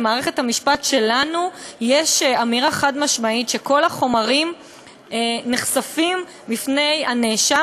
במערכת המשפט שלנו יש אמירה חד-משמעית שכל החומרים נחשפים בפני הנאשם,